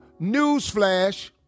Newsflash